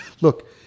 Look